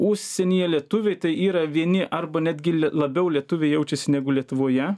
užsienyje lietuviai tai yra vieni arba netgi labiau lietuviai jaučiasi negu lietuvoje